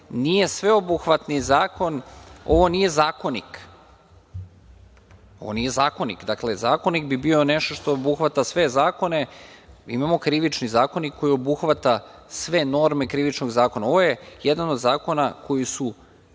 nije sveobuhvatni zakon. Ovo nije zakonik. Dakle, zakonik bi bio nešto što obuhvata sve zakone. Imamo Krivični zakonik koji obuhvata sve norme krivičnog zakona. Ovo je jedan od zakona koji su,